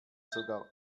sogar